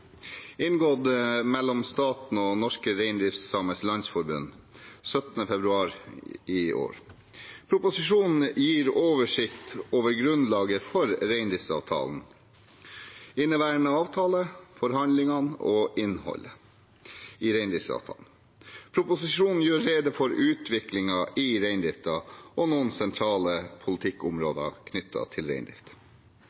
inngått mellom staten og Norske Reindriftssamers Landsforbund 17. februar i år. Proposisjonen gir oversikt over grunnlaget for reindriftsavtalen, inneværende avtale, forhandlingene og innholdet i reindriftsavtalen. Proposisjonen gjør rede for utviklingen i reindriften og noen sentrale